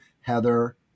Heather